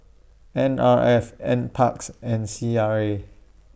N R F N Parks and C R A